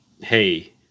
hey